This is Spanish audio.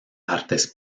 artes